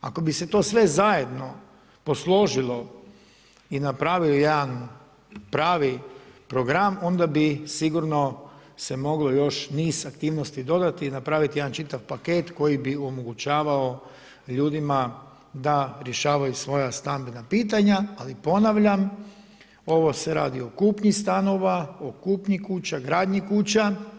Ako bi se to sve zajedno posložilo i napravio jedan pravi program, onda bi sigurno se moglo još niz aktivnosti dodati i napravit jedan čitav paket koji bi omogućavao ljudima da rješavaju svoja stambena pitanja, ali ponavljam ovo se radi o kupnji stanova, o kupnji kuća, gradnji kuća.